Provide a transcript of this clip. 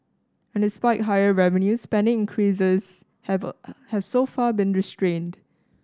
and despite higher revenues spending increases have a have so far been restrained